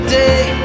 day